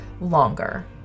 longer